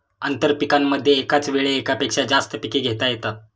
आंतरपीकांमध्ये एकाच वेळी एकापेक्षा जास्त पिके घेता येतात